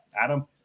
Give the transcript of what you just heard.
Adam